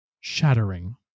shattering